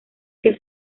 que